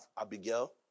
Abigail